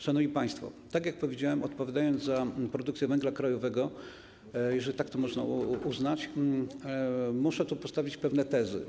Szanowni państwo, tak jak powiedziałem, odpowiadając za produkcję węgla krajowego, jeżeli tak można uznać, muszę tu postawić pewne tezy.